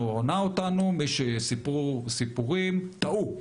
או הונה אותנו ושסיפרו סיפורים טעו.